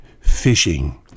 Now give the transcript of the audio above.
fishing